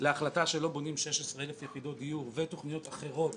להחלטה שלא בונים 16,000 יחידות דיור ותוכניות אחרות